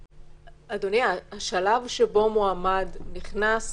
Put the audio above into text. אדוני, השלב שבו מועמד נכנס